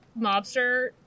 mobster